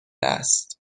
است